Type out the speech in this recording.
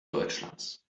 deutschlands